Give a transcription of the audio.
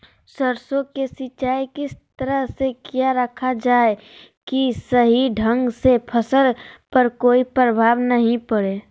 सरसों के सिंचाई किस तरह से किया रखा जाए कि सही ढंग से फसल पर कोई प्रभाव नहीं पड़े?